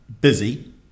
busy